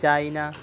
China